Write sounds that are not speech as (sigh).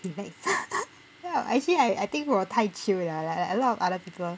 relax (laughs) actually I I think 我太 chill 了 lah like a lot of other people